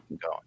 go